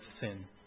sin